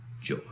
joy